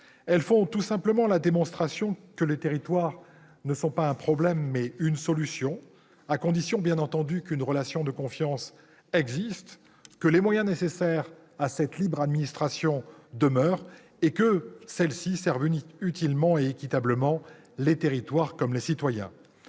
Elles font la démonstration que les territoires ne sont pas un problème, mais une solution, à la condition qu'une relation de confiance existe, que les moyens nécessaires à la libre administration demeurent et que cette dernière serve utilement et équitablement les territoires comme les citoyens.